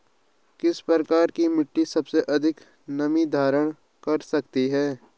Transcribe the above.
किस प्रकार की मिट्टी सबसे अधिक नमी धारण कर सकती है?